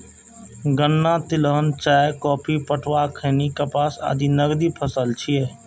गन्ना, तिलहन, चाय, कॉफी, पटुआ, खैनी, कपास आदि नकदी फसल छियै